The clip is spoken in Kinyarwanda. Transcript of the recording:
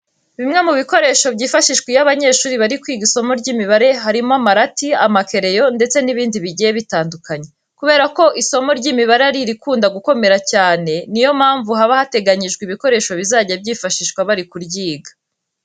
Bimwe mu bikoresho byifashishwa iyo abanyeshuri bari kwiga isomo ry'imibare harimo amarati, amakereyo ndetse n'ibindi bigiye bitandukanye. Kubera ko isomo ry'imibare ari irikunda gukomera cyane rero, ni yo mpamvu haba harateganyijwe ibikoresho bizajya byifashishwa bari kuryiga.